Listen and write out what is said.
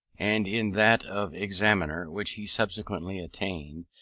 and in that of examiner, which he subsequently attained,